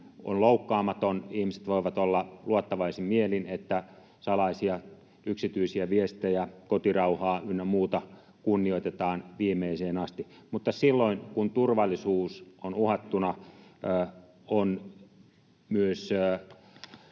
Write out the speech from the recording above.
on loukkaamaton, ihmiset voivat olla luottavaisin mielin, että salaisia, yksityisiä viestejä, kotirauhaa ynnä muuta kunnioitetaan viimeiseen asti. Mutta silloin, kun turvallisuus on uhattuna, on myös